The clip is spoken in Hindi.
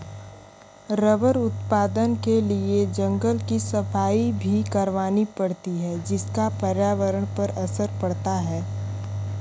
रबर उत्पादन के लिए जंगल की सफाई भी करवानी पड़ती है जिसका पर्यावरण पर असर पड़ता है